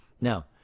Now